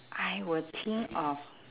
I will think of